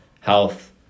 health